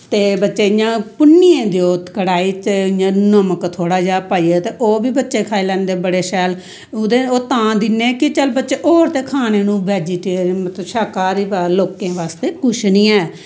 ते बच्चे इयां भुन्नियै देओ कढाही च इयां नमक थोह्ड़ा जेहा पाइयै ते ओह्बी बच्चे खाई लैंदे शैल ओह् तां दिन्ने कि चल बच्चे होर ते खाने नू बैजीटेरियन शाकाहारी लोकें बास्तै किश नी ऐ